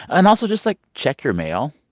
and also, just, like, check your mail.